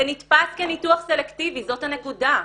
זה נתפס כניתוח סלקטיבי, זאת הנקודה.